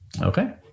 Okay